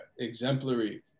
exemplary